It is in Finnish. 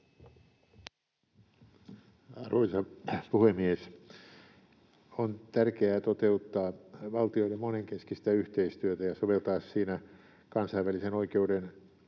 Arvoisa puhemies! On tärkeää toteuttaa valtioiden monenkeskistä yhteistyötä ja soveltaa siinä kansainvälisen oikeuden